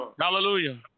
Hallelujah